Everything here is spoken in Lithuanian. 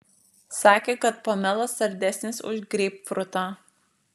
sakė kad pomelas saldesnis už greipfrutą